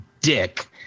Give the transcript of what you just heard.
dick